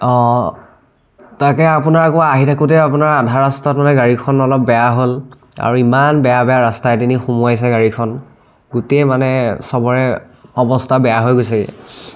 অঁ তাকে আপোনাৰ আকৌ আহি থাকোঁতে আপোনাৰ আধা ৰাস্তাত মানে গাড়ীখন অলপ বেয়া হ'ল আৰু ইমান বেয়া বেয়া ৰাস্তাইদি নি সোমোৱাইছে গাড়ীখন গোটেই মানে সবৰে অৱস্থা বেয়া হৈ গৈছেগৈ